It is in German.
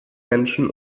menschen